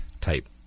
type